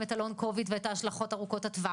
את ה'לונג קוביד' ואת ההשלכות ארוכות הטווח?